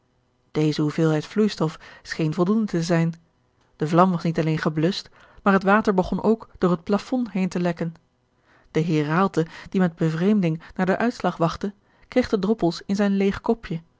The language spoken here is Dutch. deze hoeveelheid vloeistof scheen voldoende te zijn de vlam was niet alleen gebluscht maar het water begon ook door het plafond heen te lekken de heer raalte die met bevreemding naar den uitslag wachtte kreeg de droppels in zijn leêg kopje